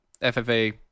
FFA